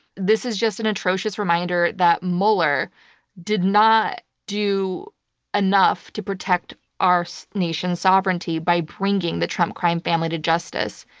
this is just an atrocious reminder that mueller did not do enough to protect our so nation's sovereignty by bringing the trump crime family to justice.